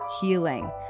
healing